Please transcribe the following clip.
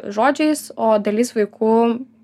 žodžiais o dalis vaikų